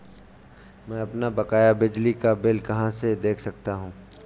मैं अपना बकाया बिजली का बिल कहाँ से देख सकता हूँ?